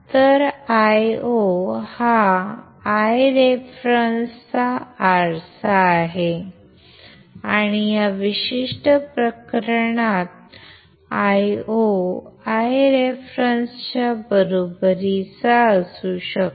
तर Io हा Ireference चा आरसा आहे आणि या विशिष्ट प्रकरणात Io आयरेफरन्सच्या बरोबरीचा असू शकतो